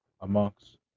amongst